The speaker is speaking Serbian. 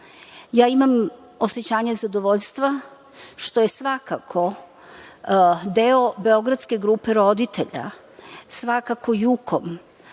imam osećanje zadovoljstva što je svakako deo beogradske grupe roditelja, svakako